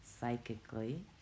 psychically